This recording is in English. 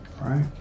Right